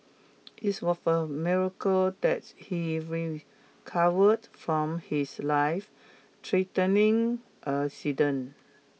it miracle that he recovered from his lifethreatening accident